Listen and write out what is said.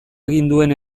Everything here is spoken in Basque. aginduen